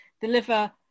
deliver